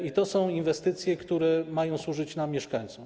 I to są inwestycje, które mają służyć nam, mieszkańcom.